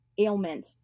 ailment